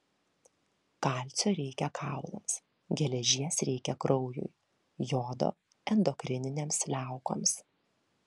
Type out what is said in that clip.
kalcio reikia kaulams geležies reikia kraujui jodo endokrininėms liaukoms